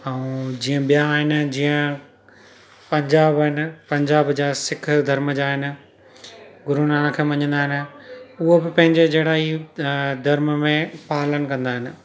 ऐं जीअं ॿिया आहिनि जीअं पंजाब आहिनि पंजाब जा सिख धर्म जा आहिनि गुरू नानक खे मञीदा आहिनि उहो बि पंहिंजे जहिड़ा ई अ धर्म में पालन कंदा आहिनि